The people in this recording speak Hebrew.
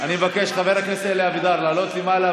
אני מבקש מחבר הכנסת אבידר לעלות למעלה,